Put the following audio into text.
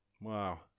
Wow